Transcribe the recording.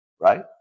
Right